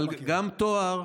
אבל גם התואר,